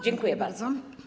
Dziękuję bardzo.